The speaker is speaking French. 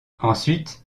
ensuite